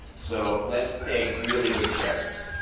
so let's take really good care of it.